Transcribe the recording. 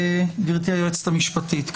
גברתי היועצת המשפטית.